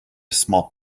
small